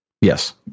Yes